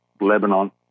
Lebanon